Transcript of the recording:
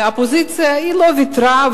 והאופוזיציה לא ויתרה,